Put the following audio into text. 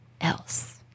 else